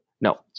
No